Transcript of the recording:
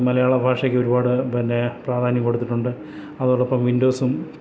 മലയാള ഭാഷക്കൊരുപാട് പിന്നെ പ്രധാന്യം കൊടുത്തിട്ടുണ്ട് അതേപോലെ ഇപ്പം വിൻഡോസും